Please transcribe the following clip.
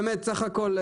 באמת סך הכל,